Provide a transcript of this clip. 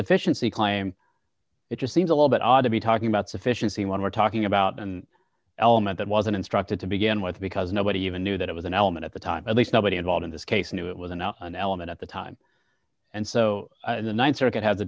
sufficiency climb it just seems a little bit odd to be talking about sufficiency one we're talking about an element that wasn't instructed to begin with because nobody even knew that it was an element at the time at least nobody involved in this case knew it was a no an element at the time and so the th circuit ha